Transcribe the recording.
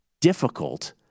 difficult